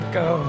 go